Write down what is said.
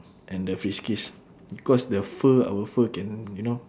and the friskies because the fur our fur can you know